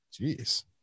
Jeez